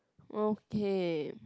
okay